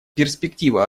перспектива